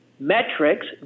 Metrics